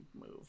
move